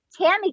Tammy